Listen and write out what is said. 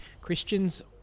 Christians